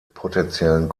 potenziellen